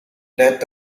death